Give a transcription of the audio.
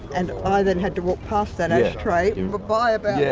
and i then had to walk past that ashtray by but